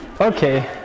Okay